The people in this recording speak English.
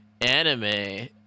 anime